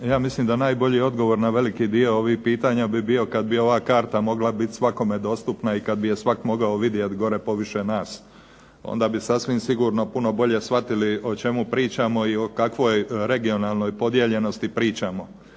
ja mislim da najbolji odgovor na veliki dio ovih pitanja bi bio kad bi ova karta mogla bit svakome dostupna, i kad bi je svak mogao vidjet gore poviše nas. Onda bi sasvim sigurno puno bolje shvatili o čemu pričamo, i o kakvoj regionalnoj podijeljenosti pričamo.